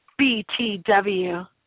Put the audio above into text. BTW